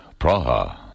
Praha